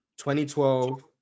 2012